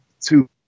two